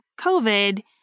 COVID